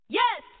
yes